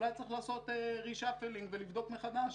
אולי צריך לעשות reshuffling ולבדוק מחדש.